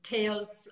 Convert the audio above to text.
Tales